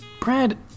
Brad